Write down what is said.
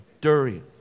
durian